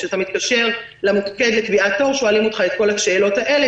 כאשר אתה מתקשר למוקד לקביעת תור שואלים אותך את כל השאלות האלה